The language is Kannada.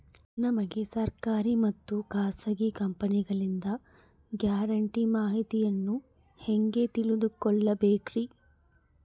ನಮಗೆ ಸರ್ಕಾರಿ ಮತ್ತು ಖಾಸಗಿ ಕಂಪನಿಗಳಿಂದ ಗ್ಯಾರಂಟಿ ಮಾಹಿತಿಯನ್ನು ಹೆಂಗೆ ತಿಳಿದುಕೊಳ್ಳಬೇಕ್ರಿ?